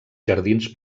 jardins